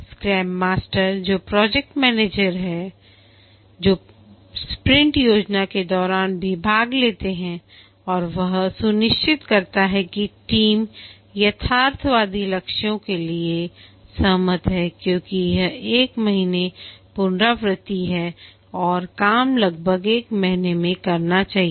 scream master जो project manager हैं जो स्प्रिंट योजना के दौरान भी भाग लेते हैं और वह सुनिश्चित करता है कि टीम यथार्थवादी लक्ष्यों के लिए सहमत है क्योंकि यह 1 महीने का पुनरावृत्ति है और काम लगभग 1 महीने में करना चाहिए